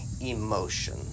emotion